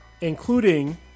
including